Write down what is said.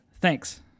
thanks